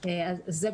כל